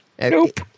Nope